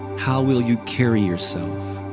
how will you carry yourself?